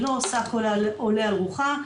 היא לא עושה ככל העולה על רוחה,